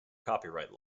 copyright